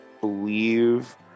believe